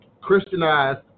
Christianized